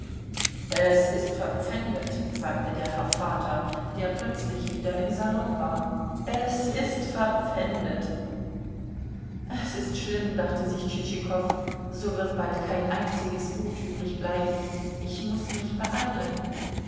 es ist verpfändet sagte der herr vater der plötzlich wieder im salon war es ist verpfändet es ist schlimm dachte sich tschitschikow so wird bald kein einziges gut übrigbleiben ich muß mich beeilen